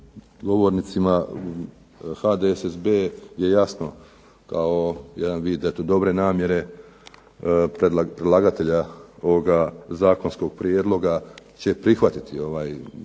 govornicima, HDSSB je jasno kao jedan vid eto dobre namjere predlagatelja ovoga zakonskog prijedloga će prihvatiti ovaj zakonski